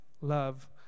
love